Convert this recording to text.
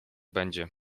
będzie